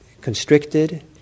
constricted